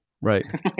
Right